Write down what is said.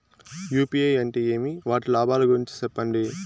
UPI అంటే ఏమి? వాటి లాభాల గురించి సెప్పండి?